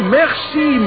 merci